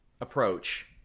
approach